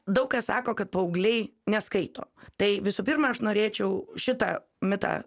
daug kas sako kad paaugliai neskaito tai visų pirma aš norėčiau šitą mitą